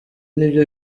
nibyo